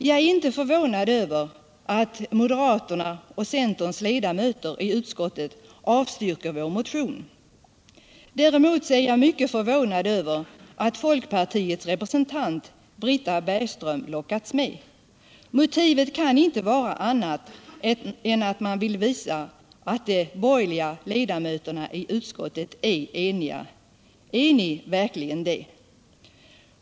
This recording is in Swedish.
Jag är inte förvånad över att moderaternas och centerns ledamöter i utskottet avstyrker vår motion. Däremot är jag mycket förvånad över att folkpartiets representant Britta Bergström lockats med. Motivet kan inte vara annat än att man vill visa att de borgerliga ledamöterna i utskottet är eniga. Är ni verkligen det?